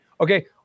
Okay